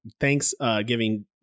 Thanksgiving